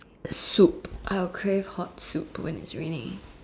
soup I will crave hot soup when it's raining